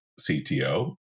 CTO